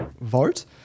vote